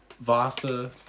Vasa